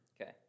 Okay